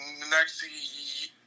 next